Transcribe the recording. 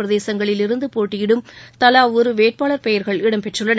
பிரதேசங்களிலிருந்து போட்டியிடும் தலா ஒரு வேட்பாளர் பெயர்கள் இடம்பெற்றுள்ளன